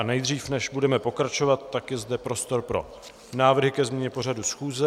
Nejdřív, než budeme pokračovat, tak je zde prostor pro návrhy ke změně pořadu schůze.